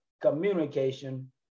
communication